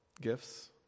gifts